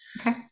Okay